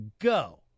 go